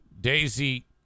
Daisy